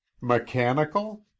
Mechanical